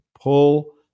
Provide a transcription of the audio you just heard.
pull